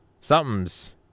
something's